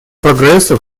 прогресса